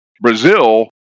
Brazil